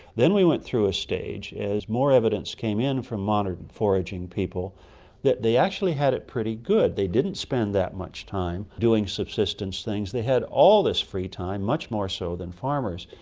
then we went through a stage as more evidence came in from modern foraging people that they actually had it pretty good. they didn't spend that much time doing subsistence things, they had all this free time, much more so than farmers.